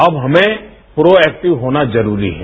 अब हमें proactive होना जरूरी है